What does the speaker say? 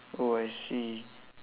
oh I see